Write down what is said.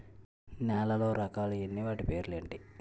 నేలలో రకాలు ఎన్ని వాటి పేర్లు ఏంటి?